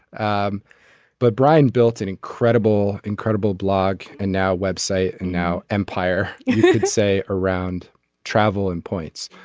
um but brian built an incredible incredible blog and now web site and now empire you say around travel and points.